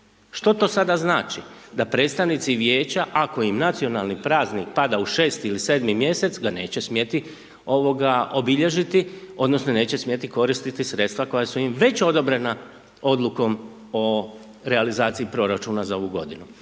Što to sada znači? Da predstavnici vijeća, ako im nacionalni praznik pada u 6 ili 7 mjesec, ga neće smjeti obilježiti odnosno neće smjeti koristiti sredstva koja su im već odobrena odlukom o realizaciji proračuna za ovu godinu.